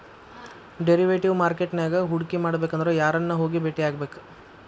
Derivative market ನ್ಯಾಗ್ ಹೂಡ್ಕಿಮಾಡ್ಬೆಕಂದ್ರ ಯಾರನ್ನ ಹೊಗಿ ಬೆಟ್ಟಿಯಾಗ್ಬೇಕ್?